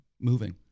moving